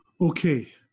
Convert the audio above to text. Okay